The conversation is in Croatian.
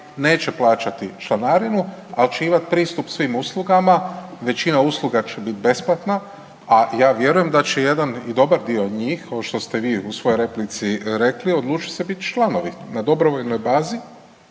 neće plaćati članarinu, ali će imati pristup svih uslugama. Većina usluga će biti besplatna, a ja vjerujem da će jedan i dobar dio njih ovo što ste vi u svojoj replici rekli odlučiti se biti članovi na dobrovoljnoj bazi,